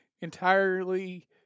entirely